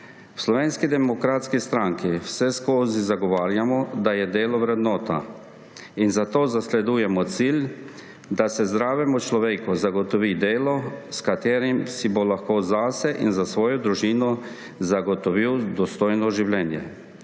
V Slovenski demokratski stranki vseskozi zagovarjamo, da je delo vrednota, in zato zasledujemo cilj, da se zdravemu človeku zagotovi delo, s katerim si bo lahko zase in za svojo družino zagotovil dostojno življenje